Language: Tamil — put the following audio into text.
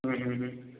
ம் ம் ம்